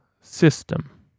System